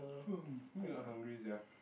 hungry sia